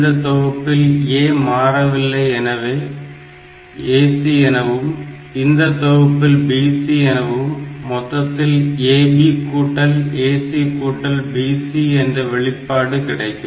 இந்த தொகுப்பில் A மாறவில்லை எனவே AC எனவும் இந்த தொகுப்பில் BC எனவும் மொத்தத்தில் AB கூட்டல் AC கூட்டல் BC என்ற வெளிப்பாடு கிடைக்கும்